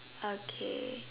okay